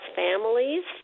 families